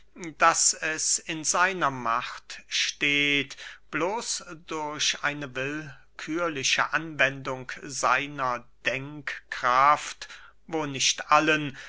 daß es in seiner macht steht bloß durch eine willkührliche anwendung seiner denkkraft wo nicht allen